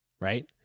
right